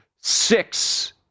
six